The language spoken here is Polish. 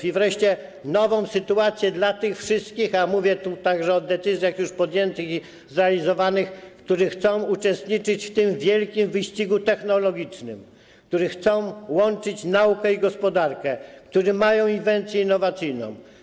I wreszcie nową sytuację dla tych wszystkich, a mówię tu także o decyzjach już podjętych i zrealizowanych, którzy chcą uczestniczyć w tym wielkim wyścigu technologicznym, którzy chcą łączyć naukę i gospodarkę, którzy mają inwencję innowacyjną.